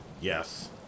yes